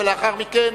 ולאחר מכן,